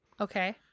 Okay